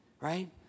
right